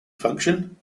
function